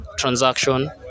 transaction